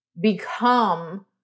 become